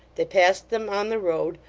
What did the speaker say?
they passed them on the road,